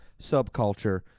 subculture